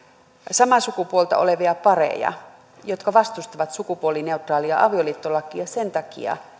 samaa sukupuolta olevia pareja jotka vastustavat sukupuolineutraalia avioliittolakia sen takia